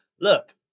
look